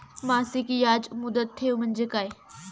मासिक याज मुदत ठेव म्हणजे काय?